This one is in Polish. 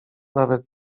nawet